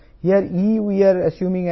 మరియు 1